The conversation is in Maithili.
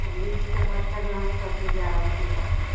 आदमीसभ चारि पाँच टा गाहकसभ छै जै रहल छिए लैके